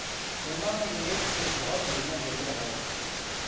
सोना में निवेस एक बहुते बढ़िया जरीया हौ